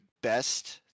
best